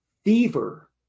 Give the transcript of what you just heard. Fever